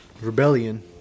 Rebellion